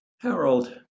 Harold